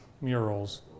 murals